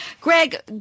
Greg